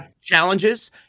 challenges